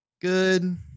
good